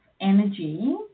energy